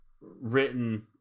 written